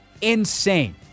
Insane